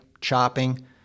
chopping